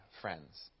friends